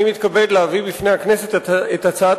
אני מתכבד להביא בפני הכנסת את הצעת